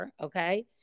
okay